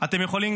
גם אתם יכולים,